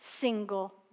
single